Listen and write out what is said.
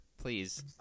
please